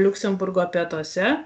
liuksemburgo pietuose